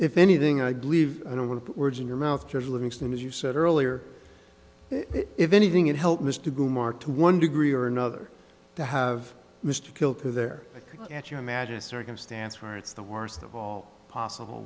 if anything i believe i don't want to put words in your mouth cares livingston as you said earlier if anything it helped mr mark to one degree or another to have mr killed there at you imagine circumstances where it's the worst of all possible